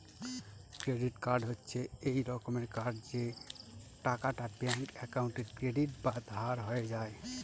credit card হচ্ছে এক রকমের কার্ড যে টাকাটা ব্যাঙ্ক একাউন্টে ক্রেডিট বা ধার হয়ে যায়